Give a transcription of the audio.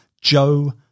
Joe